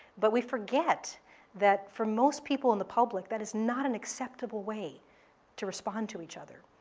but we forget that, for most people in the public, that is not an acceptable way to respond to each other.